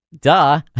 duh